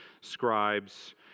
scribes